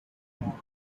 mall